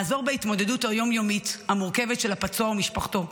לעזור בהתמודדות היום-יומית המורכבת של הפצוע ומשפחתו.